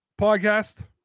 podcast